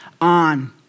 on